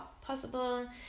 possible